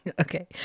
Okay